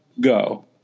go